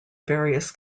various